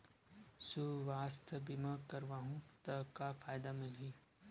सुवास्थ बीमा करवाहू त का फ़ायदा मिलही?